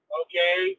okay